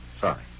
Sorry